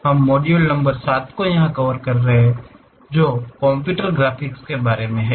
हम module number 7 को यहा कवर कर रहे हैं जो कंप्यूटर ग्राफिक्स के बारे में है